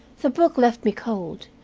the book left me cold,